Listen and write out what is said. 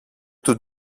του